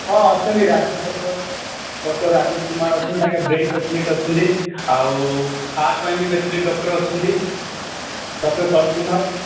ହଁ ଅଛନ୍ତି Rajiv doctor doctor Rajiv Kumar ଅଛନ୍ତି ତାଙ୍କେ ବ୍ରେନ୍ ଅଛନ୍ତି ଆଉ ହାର୍ଟ ପାଇଁ ବି ଡ଼କ୍ଟର୍ ଅଛନ୍ତି ଡ଼କ୍ଟର୍ ଶରତ କୁମାର